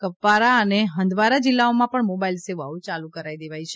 કપવારા અને હંદવારા જીલ્લાઓમાં પણ મોબાઈલ સેવાઓ ચાલુ કરાવી દીધી છે